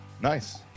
nice